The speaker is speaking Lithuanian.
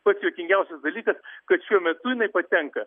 pats juokingiausias dalykas kad šiuo metu jinai patenka